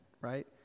right